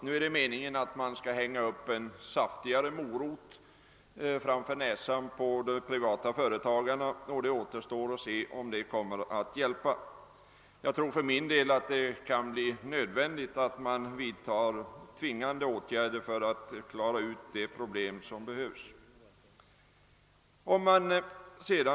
Nu är det meningen att man skulle hänga upp en saftigare morot framför näsan på de privata företagarna och det återstår att se om det kommer att hjälpa. Jag tror för min del att det kan bli nödvändigt att vidta tvångsåtgärder för att klara ut de problem det här gäller.